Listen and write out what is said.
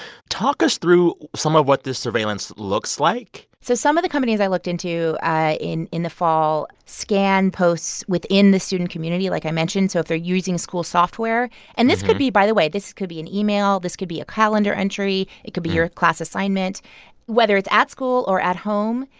talk us through some of what this surveillance looks like so some of the companies i looked into in in the fall scan posts within the student community, like i mentioned. so if they're using school software and this could be by the way, this could be an email this could be a calendar entry it could be your class assignment whether it's at school or at home,